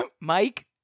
Mike